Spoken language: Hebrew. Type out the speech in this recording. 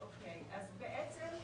בעצם,